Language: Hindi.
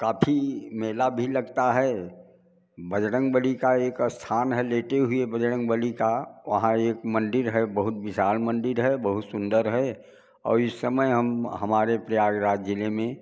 काफी मेला भी लगता है बजरंगबली का एक स्थान है लेटे हुए बजरंगबली का वहाँ एक मंदिर है बहुत विशाल मंदिर है बहुत सुंदर है और इस समय हम हमारे प्रयागराज ज़िले में